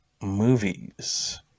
movies